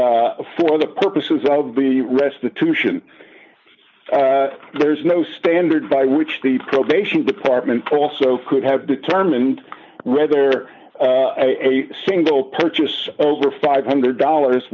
was for the purposes of the restitution there's no standard by which the probation department also could have determined rather a single purchase over five hundred dollars